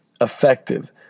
effective